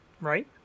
Right